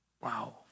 Wow